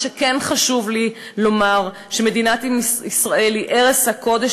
מה שכן חשוב לי לומר: מדינת ישראל היא ערש הקודש